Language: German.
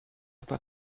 aber